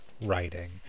writing